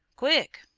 quick!